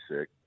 sick